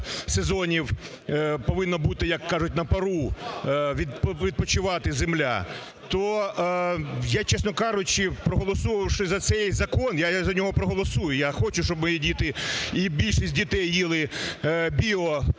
сезонів повинно бути, як кажуть, на пару, відпочивати земля. То я, чесно кажучи, проголосувавши за цей закон, я за нього проголосую, я хочу, щоб мої діти і більшість дітей їли